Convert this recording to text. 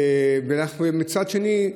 מצד שני,